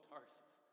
Tarsus